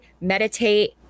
meditate